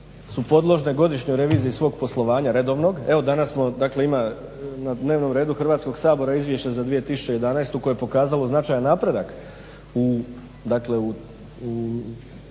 su podložne godišnjoj reviziji svog poslovanja redovnog. Evo danas smo dakle ima na dnevnom redu Hrvatskog sabora Izvješće za 2011. koje je pokazalo značajan napredak u